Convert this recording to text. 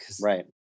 right